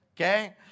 Okay